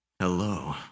Hello